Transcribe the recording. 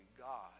God